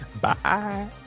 Bye